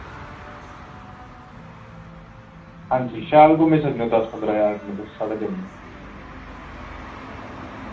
हांजी शैल घुम्मी सकने दस पंदरा ज्हार कन्नै तुस साढ़ा जम्मू